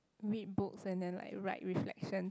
read books and then like write reflections